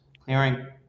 Clearing